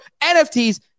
NFTs